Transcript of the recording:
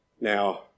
now